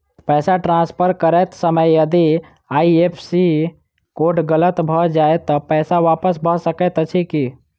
पैसा ट्रान्सफर करैत समय यदि आई.एफ.एस.सी कोड गलत भऽ जाय तऽ पैसा वापस भऽ सकैत अछि की?